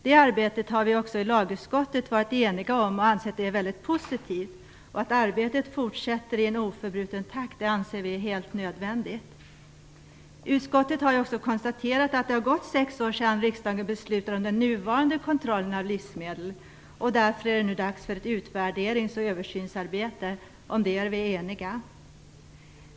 Det arbetet har vi i lagutskottet också varit eniga om, och vi har ansett att det är väldigt positivt. Att arbetet fortsätter i en oförbruten takt anser vi är helt nödvändigt. Utskottet har också konstaterat att det har gått sex år sedan riksdagen beslutade om den nuvarande kontrollen av livsmedel. Därför är det nu dags för ett utvärderings och översynsarbete. Om det är vi eniga.